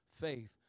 faith